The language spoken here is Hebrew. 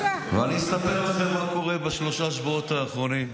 אני אספר לכם מה קורה בשלושת השבועות האחרונים.